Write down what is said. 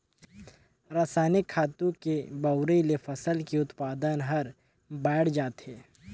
रसायनिक खातू के बउरे ले फसल के उत्पादन हर बायड़ जाथे